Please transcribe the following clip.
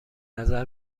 نظر